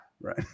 Right